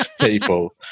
people